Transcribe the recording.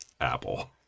Apple